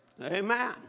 Amen